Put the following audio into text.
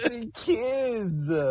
kids